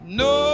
no